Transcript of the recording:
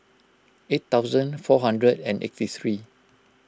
eight thousand four hundred and eighty three